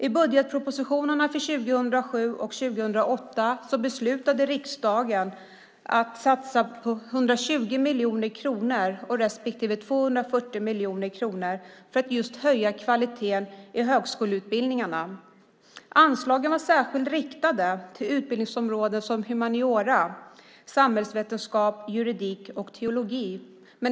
I budgetpropositionerna för 2007 och 2008 beslutade riksdagen att satsa 120 miljoner kronor respektive 240 miljoner kronor för att höja kvaliteten i högskoleutbildningarna. Anslagen var särskilt riktade till utbildningsområden som humaniora, samhällsvetenskap, juridik och teologi.